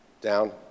down